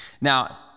Now